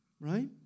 Right